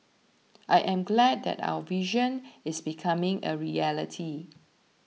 I am glad that our vision is becoming a reality